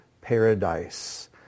paradise